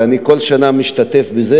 ואני כל שנה משתתף בזה,